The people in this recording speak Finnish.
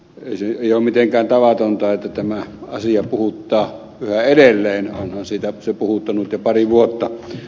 ei ole mitenkään tavatonta että tämä asia puhuttaa yhä edelleen onhan se puhuttanut jo pari vuotta